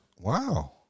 Wow